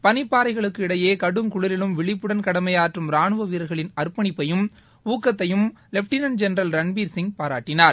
பளிப்பாறைகளுக்கு இடையேகடுங்குளிரிலும் விழிப்புடன் கடமையாற்றும் ராணுவவீரர்களின் அர்ப்பணிப்பையும் ஊக்கத்தையும் லெப்டினென்ட் ஜெனரல் ரன்பீர் சிங் பாராட்டினார்